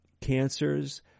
cancers